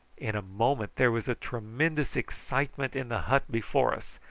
in a moment there was a tremendous excitement in the hut before us,